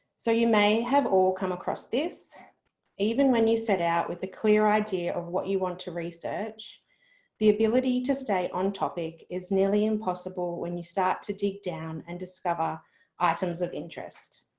so you may have all come across this even when you set out with a clear idea of what you want to research the ability to stay on topic is nearly impossible when you start to dig down and discover items of interest.